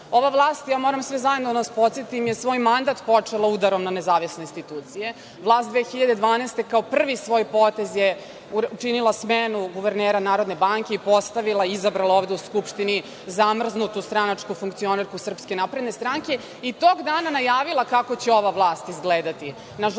vlast, moram sve zajedno da vas podsetim, je svoj mandat počela udarom na nezavisne institucije. Vlast 2012. godine, kao prvi svoj potez je učinila smenu guvernera Narodne banke i postavila, izabrala ovde u Skupštini zamrznutu stranačku funkcionerku SNS i tog dana najavila kako će ova vlast izgledati.